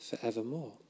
forevermore